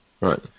Right